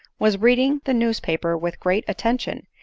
was reading the news paper with great attention,